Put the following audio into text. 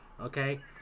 okay